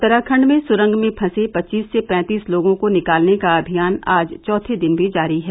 उत्तराखंड में सुरंग में फंसे पच्चीस से पैंतीस लोगों को निकालने का अभियान आज चौथे दिन भी जारी है